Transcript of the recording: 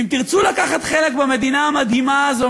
אם תרצו לקחת חלק במדינה המדהימה הזאת,